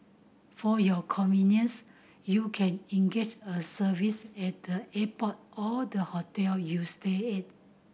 for your convenience you can engage a service at the airport or the hotel you stay at